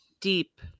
deep